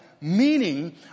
Meaning